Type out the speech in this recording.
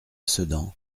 sedan